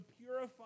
purify